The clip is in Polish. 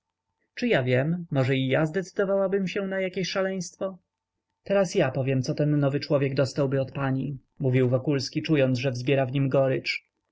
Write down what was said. czy ja wiem może i ja zdecydowałabym się na jakie szaleństwo teraz ja powiem coby ten nowy człowiek dostał od pani mówił wokulski czując że wzbiera w nim